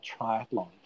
triathlon